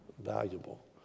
valuable